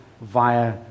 via